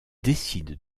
décide